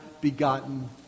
begotten